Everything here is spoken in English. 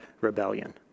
rebellion